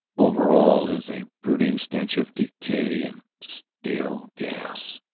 over all is a brood ing stench of decay and stale gas.